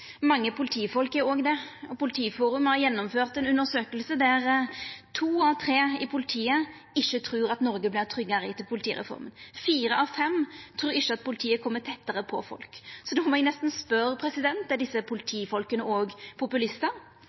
Mange politifolk er òg det, og Politiforum har gjennomført ei undersøking der to av tre i politiet ikkje trur at Noreg vert tryggare etter politireforma, og fire av fem trur ikkje politiet kjem tettare på folk. Så då må eg nesten spørja: Er desse politifolka òg populistar?